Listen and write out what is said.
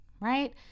right